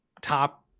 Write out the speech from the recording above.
top